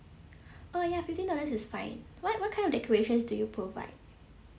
oh ya fifteen dollars is fine what what kind of decorations do you provide